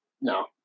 No